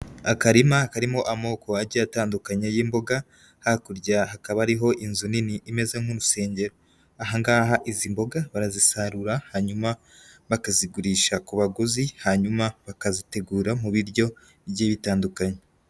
Akarima karimo amoko agiye atandukanye y'imboga, hakurya hakaba hariho inzu nini imeze nk'urusengero, aha ngaha izi mboga barazisarura, hanyuma bakazigurisha ku baguzi, hanyuma bakazitegura mu biryo bigiye bitandukanye.